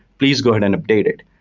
please go ahead and update it.